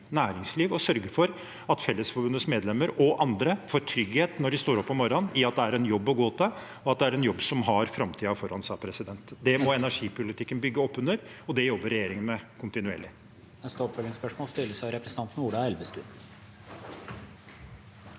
næringsliv og sørge for at Fellesforbundets medlemmer og andre, når de står opp om «morran», får trygghet for at det er en jobb å gå til, og at det er en jobb som har framtiden foran seg. Det må energipolitikken bygge opp under, og det jobber regjeringen med kontinuerlig.